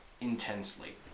intensely